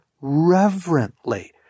reverently